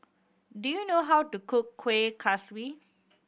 do you know how to cook Kuih Kaswi